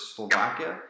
Slovakia